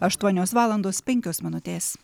aštuonios valandos penkios minutės